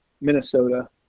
Minnesota